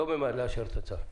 אני לא ממהר לאשר את הצו.